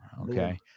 Okay